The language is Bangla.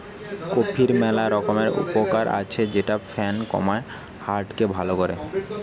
কফির ম্যালা রকমের উপকার আছে যেমন ফ্যাট কমায়, হার্ট কে ভাল করে